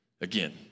Again